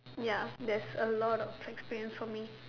ya there's a lot of experience for me